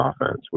offense